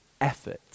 effort